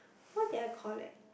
what did I collect